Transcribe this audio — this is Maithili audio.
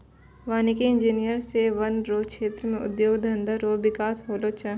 वानिकी इंजीनियर से वन रो क्षेत्र मे उद्योग धंधा रो बिकास होलो छै